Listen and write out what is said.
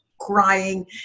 crying